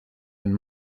and